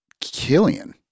Killian